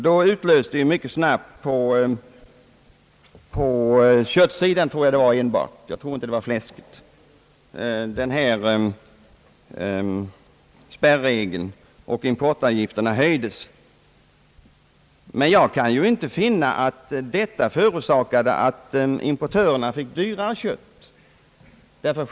Då utlöstes mycket snabbt — jag tror det var enbart för kött och inte för fläsk — denna spärregel och importavgifterna höjdes. Jag kan dock inte finna att det förorsakade att importörerna fick köpa kött till ett högre pris.